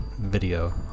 video